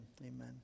Amen